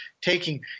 taking